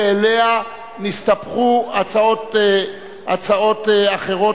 ואליה נסתפחו הצעות אחרות,